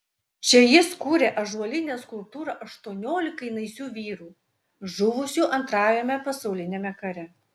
čia jis kūrė ąžuolinę skulptūrą aštuoniolikai naisių vyrų žuvusių antrajame pasauliniame kare